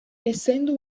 essendo